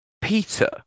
Peter